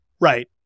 Right